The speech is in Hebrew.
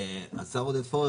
השר עודד פורר,